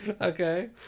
Okay